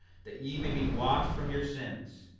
that ye may be washed from your sins,